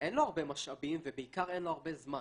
אין לו הרבה משאבים ובעיקר אין לו הרבה זמן.